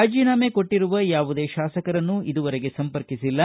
ರಾಜೀನಾಮೆ ಕೊಟ್ಟಿರುವ ಯಾವುದೇ ಶಾಸಕರನ್ನು ಇದುವರೆಗೆ ಸಂಪರ್ಕಿಸಿಲ್ಲ